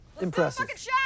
Impressive